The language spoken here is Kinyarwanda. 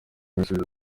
ibisubizo